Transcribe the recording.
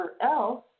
else